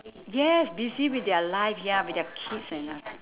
yes busy with their life ya with their kids and all